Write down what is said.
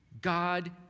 God